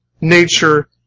nature